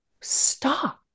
Stop